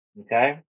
Okay